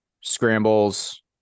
Scrambles